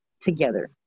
together